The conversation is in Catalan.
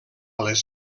les